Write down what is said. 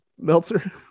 Meltzer